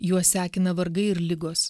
juos sekina vargai ir ligos